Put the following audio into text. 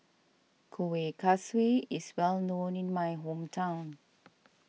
Kuih Kaswi is well known in my hometown